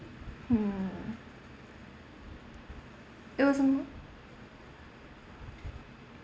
mm it wasn't what